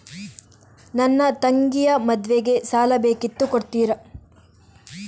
ನನ್ನ ತಂಗಿಯ ಮದ್ವೆಗೆ ಸಾಲ ಬೇಕಿತ್ತು ಕೊಡ್ತೀರಾ?